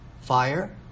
fire